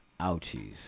Ouchies